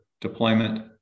deployment